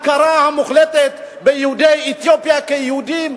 הכרה מוחלטת ביהודי אתיופיה כיהודים,